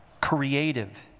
creative